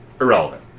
irrelevant